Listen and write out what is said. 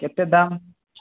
କେତେ ଦାମ୍